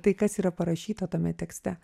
tai kas yra parašyta tame tekste